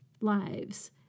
lives